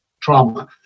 trauma